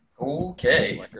Okay